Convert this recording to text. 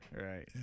Right